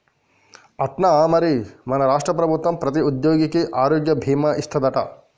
అట్నా మరి మన రాష్ట్ర ప్రభుత్వం ప్రతి ఉద్యోగికి ఆరోగ్య భీమా ఇస్తాదట